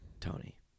Tony